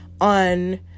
on